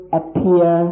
appear